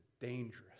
dangerous